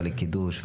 ולקידוש,